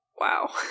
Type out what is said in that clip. Wow